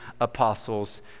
apostles